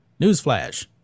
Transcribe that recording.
newsflash